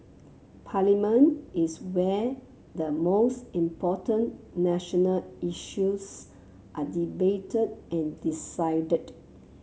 parliament is where the most important national issues are debated and decided